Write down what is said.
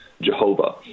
Jehovah